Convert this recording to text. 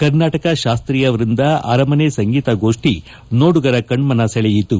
ಕರ್ನಾಟಕ ಶಾಸ್ತೀಯ ವೃಂದ ಅರಮನೆ ಸಂಗೀತ ಗೋಷ್ಟಿ ನೋಡುಗರ ಕಣ್ನನ ಸೆಳೆಯಿತು